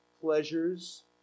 Pleasures